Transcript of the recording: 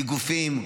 מגופים,